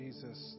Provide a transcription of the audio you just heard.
Jesus